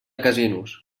casinos